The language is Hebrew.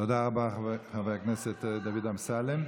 תודה רבה, חבר הכנסת דוד אמסלם.